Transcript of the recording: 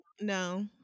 No